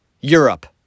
Europe